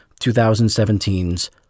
2017's